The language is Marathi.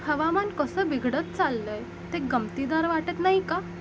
हवामान कसं बिघडत चाललं आहे ते गंमतीदार वाटत नाही का